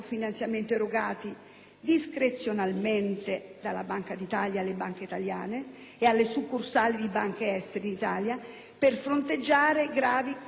discrezionalmente dalla Banca d'Italia alle banche italiane e alle succursali di banche estere in Italia per fronteggiare gravi crisi di liquidità.